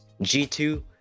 G2